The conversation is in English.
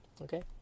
okay